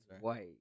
White